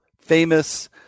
famous